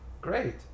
Great